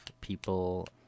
people